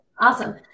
Awesome